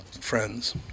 friends